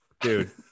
Dude